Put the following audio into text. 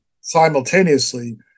simultaneously